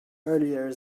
earlier